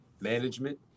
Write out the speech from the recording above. management